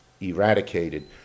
eradicated